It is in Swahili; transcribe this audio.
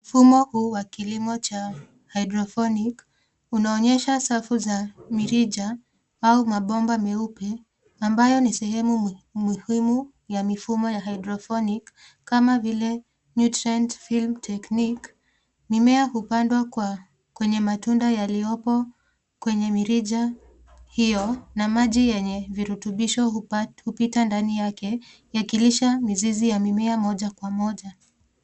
Mfumo huu wa kilimo cha hydroponic unaonyesha safu za mirija au mabomba meupe ambayo ni sehemu muhimu ya mifumo ya hydroponic kama vile nutrient film technique mimea hupandwa kwenye matundu yaliyopo kwenye mirija hiyo na maji yenye virutubisho hupita ndani yake yakilisha mizizi ya mimea moja kwa moja.